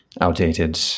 outdated